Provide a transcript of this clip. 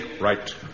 Right